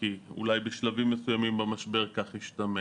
כי אולי בשלבים מסוימים במשבר כך השתמע.